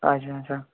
اچھا اچھا